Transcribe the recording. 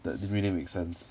that didn't really make sense